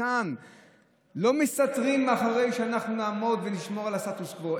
לא מסתתרים מאחורי זה שאנחנו נעמוד ונשמור על הסטטוס קוו,